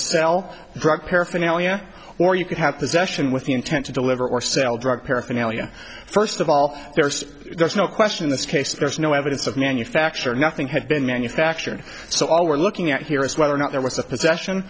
sell drug paraphernalia or you could have possession with the intent to deliver or sell drug paraphernalia first of all there's no question in this case there's no evidence of manufacture nothing have been manufactured so all we're looking at here is whether or not there was a possession